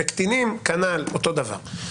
בקטינים כנ"ל, אותו דבר.